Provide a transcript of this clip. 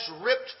ripped